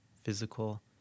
physical